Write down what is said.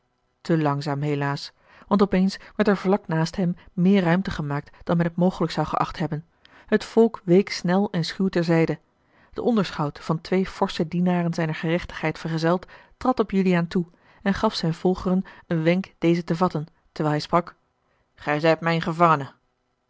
te langzaam helaas want op eens werd er vlak naast hem meer ruimte gemaakt dan men het mogelijk zou geacht hebben het volk week snel en schuw ter zijde de onderschout van twee forsche dienaren zijner gerechtigheid vergezeld trad op juliaan toe en gaf zijn volgeren een wenk dezen te vatten terwijl hij sprak gij zijt mijn gevangene